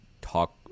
talk